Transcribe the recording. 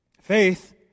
Faith